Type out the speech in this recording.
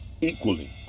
equally